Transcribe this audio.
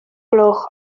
gloch